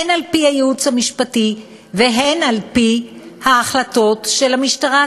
הן על-פי הייעוץ המשפטי והן על-פי ההחלטות של המשטרה עצמה,